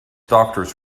doctors